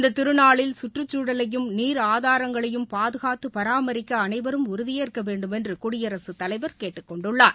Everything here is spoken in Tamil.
இந்த திருநாளில் கற்றுச்சூழலையும் நீர் ஆதாரங்களையும் பாதுகாத்து பராமிக்க அனைவரும் உறுதியேற்க வேண்டுமென்று குடியரசுத்தலைவர் கேட்டுக் கொண்டுள்ளார்